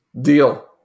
Deal